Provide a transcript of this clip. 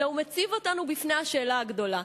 אלא הוא מציב אותנו בפני השאלה הגדולה,